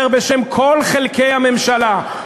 אני מדבר בשם כל חלקי הממשלה,